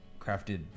crafted